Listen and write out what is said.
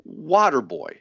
Waterboy